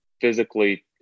physically